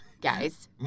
guys